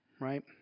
Right